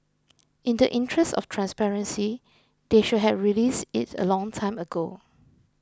in the interest of transparency they should have released it a long time ago